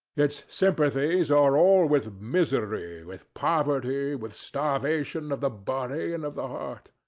its sympathies are all with misery, with poverty, with starvation of the body and of the heart.